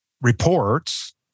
reports